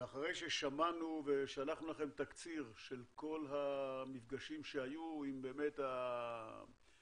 אחרי ששמענו ושלחנו לכם תקציר של כל המפגשים שהיו עם באמת המינימום